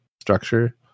structure